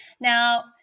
Now